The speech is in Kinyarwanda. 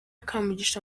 kamugisha